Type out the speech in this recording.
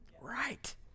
Right